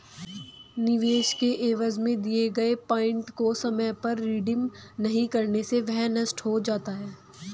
निवेश के एवज में दिए गए पॉइंट को समय पर रिडीम नहीं करने से वह नष्ट हो जाता है